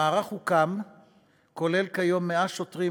המערך הוקם והוא כולל כיום 100 שוטרים,